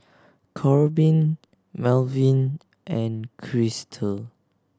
Korbin Melvyn and Krystle